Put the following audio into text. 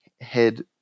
head